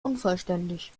unvollständig